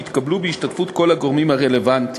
שהתקבלו בהשתתפות כל הגורמים הרלוונטיים.